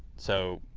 so,